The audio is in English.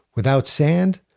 without sand,